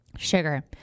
Sugar